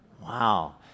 Wow